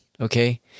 okay